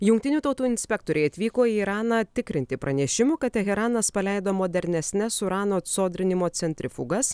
jungtinių tautų inspektoriai atvyko į iraną tikrinti pranešimų kad teheranas paleido modernesnes urano sodrinimo centrifugas